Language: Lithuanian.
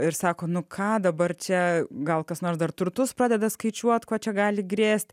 ir sako nu ką dabar čia gal kas nors dar turtus pradeda skaičiuot kuo čia gali grėst